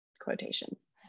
quotations